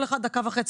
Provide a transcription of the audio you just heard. כל אחד דקה וחצי,